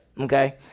okay